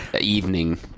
evening